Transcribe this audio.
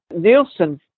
Nielsen